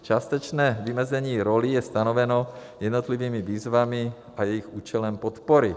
Částečné vymezení rolí je stanoveno jednotlivými výzvami a jejich účelem podpory.